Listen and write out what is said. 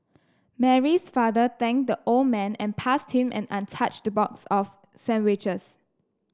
Mary's father thanked the old man and passed him an untouched box of sandwiches